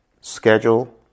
schedule